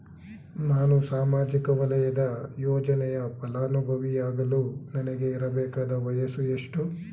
ನಾನು ಸಾಮಾಜಿಕ ವಲಯದ ಯೋಜನೆಯ ಫಲಾನುಭವಿ ಯಾಗಲು ನನಗೆ ಇರಬೇಕಾದ ವಯಸ್ಸು ಎಷ್ಟು?